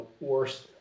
worse –